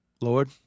Lord